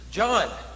John